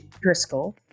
Driscoll